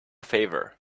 favor